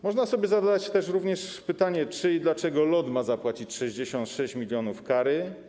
Można sobie zadać również pytanie: Czy i dlaczego LOT ma zapłacić 66 mln kary?